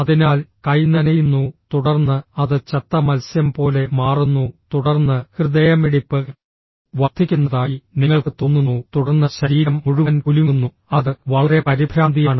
അതിനാൽ കൈ നനയുന്നു തുടർന്ന് അത് ചത്ത മത്സ്യം പോലെ മാറുന്നു തുടർന്ന് ഹൃദയമിടിപ്പ് വർദ്ധിക്കുന്നതായി നിങ്ങൾക്ക് തോന്നുന്നു തുടർന്ന് ശരീരം മുഴുവൻ കുലുങ്ങുന്നു അത് വളരെ പരിഭ്രാന്തിയാണ്